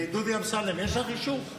דודי אמסלם יש לך אישור?